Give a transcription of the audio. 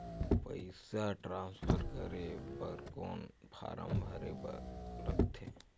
पईसा ट्रांसफर करे बर कौन फारम भरे बर लगथे?